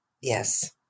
Yes